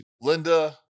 Linda-